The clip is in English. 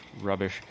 Rubbish